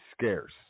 scarce